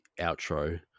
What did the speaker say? outro